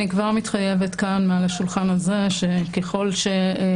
אני כבר מתחייבת כאן מעל השולחן הזה שככל שיהיו